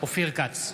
אופיר כץ,